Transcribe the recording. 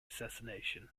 assassination